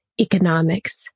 economics